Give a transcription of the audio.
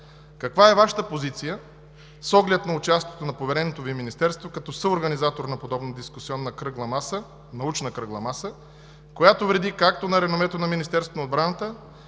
каква е Вашата позиция с оглед на участието на повереното Ви Министерство като съорганизатор на подобна дискусионна научна кръгла маса, която вреди както на реномето на Министерството на отбраната,